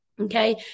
Okay